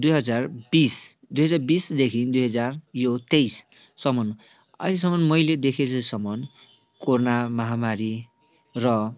दुई हजार बिस दुई हजार बिसदेखि दुई हजार यो तेइससम्म अहिलेसम्म मेले देखे चाहिँ सम्म कोरोना महामारी र